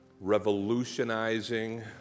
revolutionizing